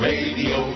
Radio